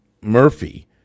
Murphy